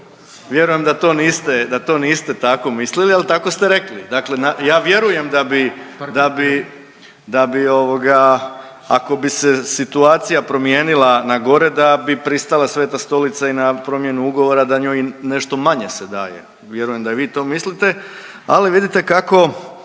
niste, da to niste tako mislili, ali tako ste rekli. Dakle, ja vjerujem da bi, da bi, da bi ovoga ako bi se situacija promijenila na gore da bi pristala Sveta Stolica i na promjenu ugovora da njoj nešto manje se daje. Vjerujem da i vi to mislite, ali vidite kako